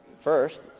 first